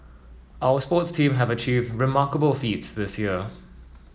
our sports teams have achieved remarkable feats this year